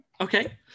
Okay